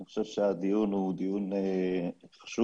אני חושב שהדיון הוא דיון חשוב,